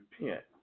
repent